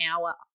hour